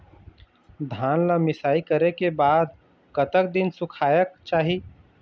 धान ला मिसाई करे के बाद कतक दिन सुखायेक चाही?